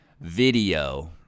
Video